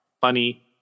Funny